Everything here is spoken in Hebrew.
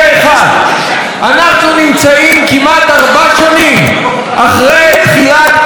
אנחנו נמצאים כמעט ארבע שנים אחרי תחילת פעולתה של הכנסת.